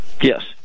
Yes